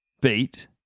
Beat